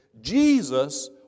Jesus